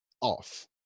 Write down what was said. off